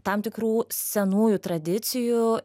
tam tikrų senųjų tradicijų